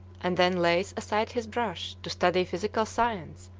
and then lays aside his brush to study physical science,